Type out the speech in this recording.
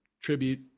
Tribute